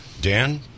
Dan